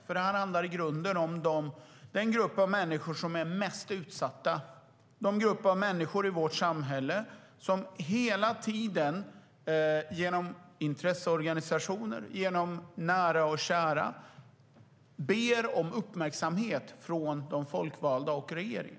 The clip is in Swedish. Det handlar i grunden om den grupp människor som är mest utsatt - den grupp människor i vårt samhälle som hela tiden, genom intresseorganisationer och nära och kära, ber om uppmärksamhet från de folkvalda och regeringen.